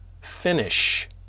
finish